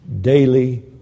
daily